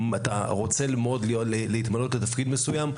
אתה רוצה להתמנות לתפקיד מסוים?